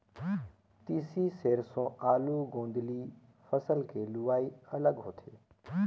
तिसी, सेरसों, आलू, गोदंली फसल के लुवई अलग होथे